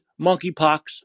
monkeypox